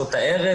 בשעות הערב,